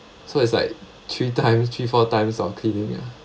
so it's like three times three four times of cleaning ya